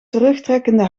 terugtrekkende